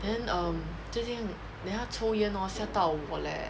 then um 最近 then 他抽烟 lor 吓到我 leh